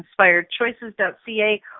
InspiredChoices.ca